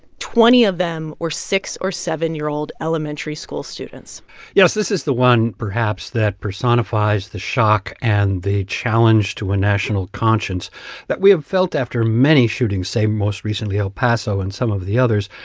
twenty of them were six or seven year old elementary school students yes. this is the one, perhaps, that personifies the shock and the challenge to a national conscience that we have felt after many shootings say, most recently, el paso and some of the others.